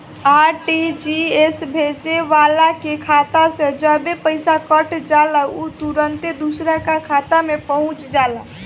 RTGS भेजे वाला के खाता से जबे पईसा कट जाला उ तुरंते दुसरा का खाता में पहुंच जाला